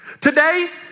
Today